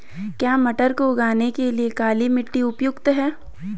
क्या मटर को उगाने के लिए काली मिट्टी उपयुक्त है?